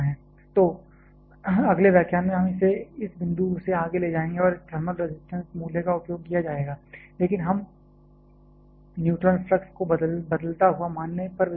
तो अगले व्याख्यान में हम इसे इस बिंदु से आगे ले जाएंगे जहां इस थर्मल रजिस्टेंस मूल्य का उपयोग किया जाएगा लेकिन हम न्यूट्रॉन फ्लक्स को बदलता हुआ मानने पर विचार करेंगे